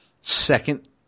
second